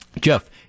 Jeff